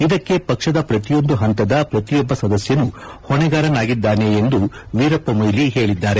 ಇದಕ್ಕೆ ಪಕ್ಷದ ಪ್ರತಿಯೊಂದು ಪಂತದ ಪ್ರತಿಯೊಬ್ಬ ಸದಸ್ಯನೂ ಹೊಣೆಗಾರನಾಗಿದ್ದಾನೆ ಎಂದು ವೀರಪ್ಪ ಮೊಯ್ಲಿ ಹೇಳಿದ್ದಾರೆ